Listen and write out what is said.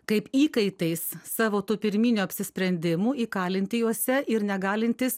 kaip įkaitais savo tų pirminių apsisprendimų įkalinti juose ir negalintys